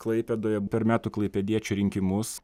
klaipėdoje per metų klaipėdiečių rinkimus